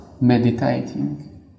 meditating